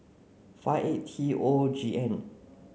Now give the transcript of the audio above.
five A T O G N